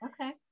okay